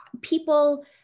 people